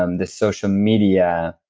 um the social media,